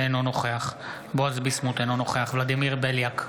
אינו נוכח בועז ביסמוט, אינו נוכח ולדימיר בליאק,